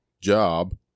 job